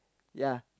ya